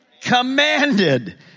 Commanded